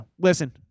Listen